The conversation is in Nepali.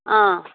अँ